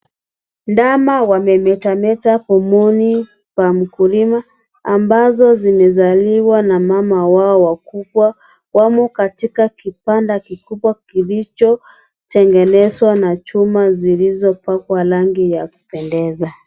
Ndama wamemetameta pomoni kwa mkulima ambazo zimezaliwa na mama wao wakubwa, wamo katika kibanda kikubwa kilicho tengenezwa na chuma zilizo pakwa rangi ya kupendeza.